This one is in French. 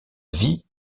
vie